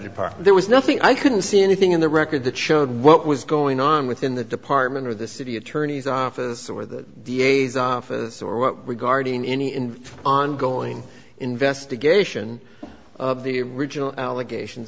park there was nothing i couldn't see anything in the record that showed what was going on within the department of the city attorney's office or the d a s office or what were guarding any in ongoing investigation of the regional allegations